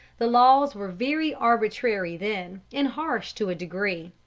the laws were very arbitrary then, and harsh to a degree.